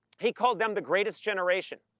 he called them the greatest generation.